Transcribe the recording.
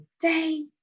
day